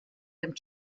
dem